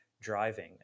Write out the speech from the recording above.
driving